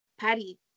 Patty